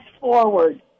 forward